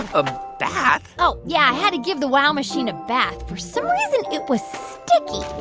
a bath? oh, yeah. i had to give the wow machine a bath. for some reason, it was sticky